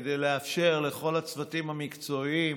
כדי לאפשר לכל הצוותים המקצועיים